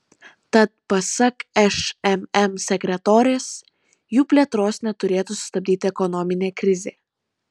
tad pasak šmm sekretorės jų plėtros neturėtų sustabdyti ekonominė krizė